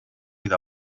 with